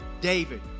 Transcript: David